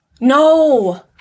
No